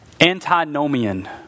Antinomian